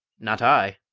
not i.